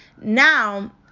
Now